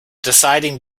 deciding